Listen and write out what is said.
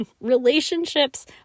Relationships